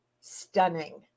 stunning